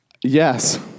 Yes